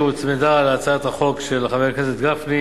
שהוצמדה להצעת החוק של חבר הכנסת גפני,